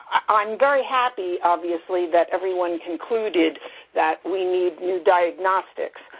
i'm very happy obviously, that everyone concluded that we need new diagnostics,